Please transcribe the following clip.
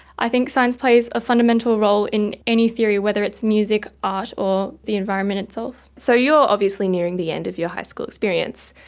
i think science plays a fundamental role in any theory, whether music, art or the environment itself. so you are obviously nearing the end of your high school experience.